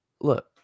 Look